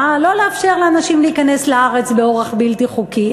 לא לאפשר לאנשים להיכנס לארץ באורח בלתי חוקי,